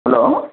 hello